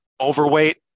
overweight